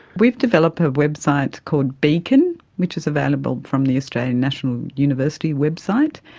we've developed a website called beacon, which is available from the australian national university website,